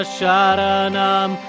Sharanam